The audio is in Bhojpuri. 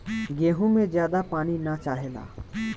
गेंहू में ज्यादा पानी ना चाहेला